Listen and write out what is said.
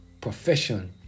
profession